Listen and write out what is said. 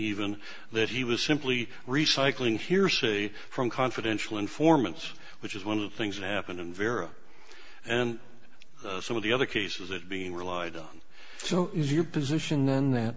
even that he was simply recycling hearsay from confidential informants which is one of the things that happened in vera and some of the other cases it being relied on so your position then that